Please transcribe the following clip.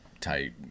tight